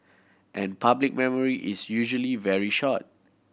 and public memory is usually very short